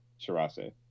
Shirase